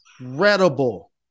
incredible